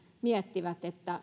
miettivät